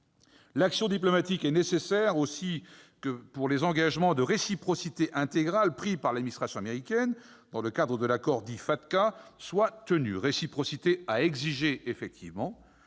L'action diplomatique est aussi nécessaire pour que les engagements de réciprocité intégrale pris par l'administration américaine dans le cadre de l'accord dit « FATCA » soient tenus. Cette réciprocité est effectivement